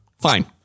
Fine